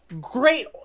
great